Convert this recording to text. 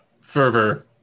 fervor